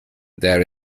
there